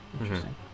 Interesting